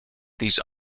these